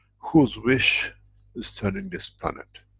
who's wish is turning this planet?